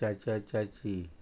चाचा चाची